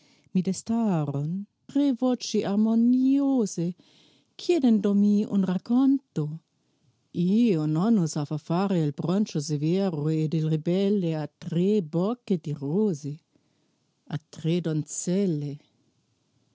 tre voci armonïose chiedendomi un racconto io non osava fare il broncio severo ed il ribelle a tre bocche di rose a tre donzelle